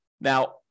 Now